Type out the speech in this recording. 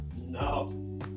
No